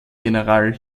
general